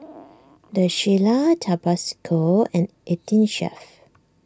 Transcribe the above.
the Shilla Tabasco and eighteen Chef